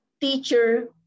teacher